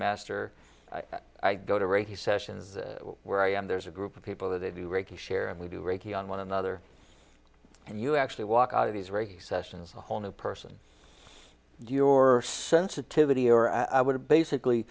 master that i go to reiki sessions where i am there's a group of people that they do reiki share and we do reiki on one another and you actually walk out of these reiki sessions a whole new person your sensitivity or i would have basically